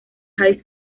high